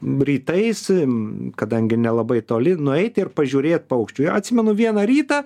rytais kadangi nelabai toli nueiti ir pažiūrėt paukščių ir atsimenu vieną rytą